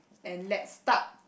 and let's start